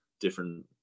different